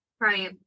right